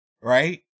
right